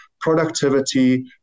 Productivity